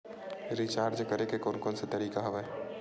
Recharge करे के कोन कोन से तरीका हवय?